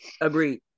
Agreed